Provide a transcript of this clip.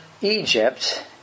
Egypt